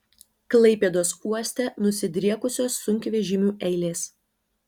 klaipėdos uoste nusidriekusios sunkvežimių eilės